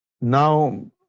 now